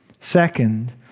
Second